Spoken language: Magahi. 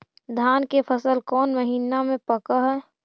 धान के फसल कौन महिना मे पक हैं?